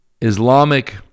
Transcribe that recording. Islamic